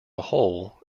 whole